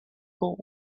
gold